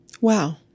Wow